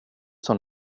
som